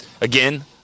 Again